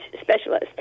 specialist